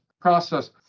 process